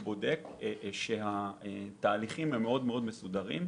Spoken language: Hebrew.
שהתהליכים מאוד מסודרים.